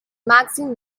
magazine